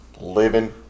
living